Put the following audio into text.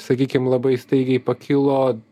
sakykim labai staigiai pakilo